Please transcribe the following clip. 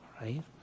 Right